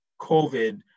COVID